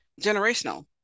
generational